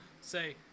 Say